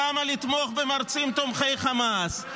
למה לתמוך במרצים תומכי חמאס?